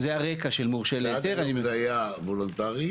עד היום זה היה וולונטרי.